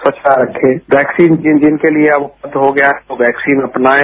स्वच्छता रखें वैक्सीन जिन जिन के लिए अब उपलब्ध हो गया वो वैक्सीन अपनाएं